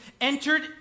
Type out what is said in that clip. entered